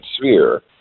sphere